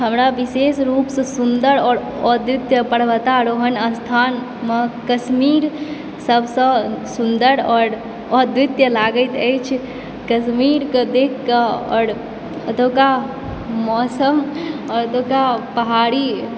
हमरा विशेष रूपसंँ सुन्दर आओर अद्वित्य पर्वतारोहण स्थानमे कश्मीर सबसंँ सुन्दर आओर अद्वित्य लागैत अछि कश्मीरके देखिके आओर एतुका मौसम एतुका पहाड़ी